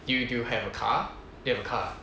do you do you have a car you have a car